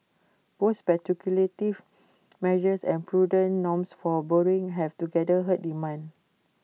both speculative measures and prudent norms for borrowing have together hurt demand